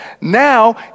now